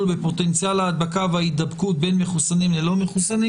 בפוטנציאל ההדבקה וההידבקות בין מחוסנים ללא מחוסנים.